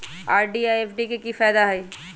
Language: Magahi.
आर.डी आ एफ.डी के कि फायदा हई?